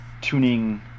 tuning